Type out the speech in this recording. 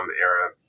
era